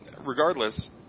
regardless